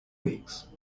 weeks